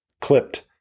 clipped